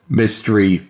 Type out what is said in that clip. mystery